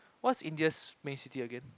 what's India's main city again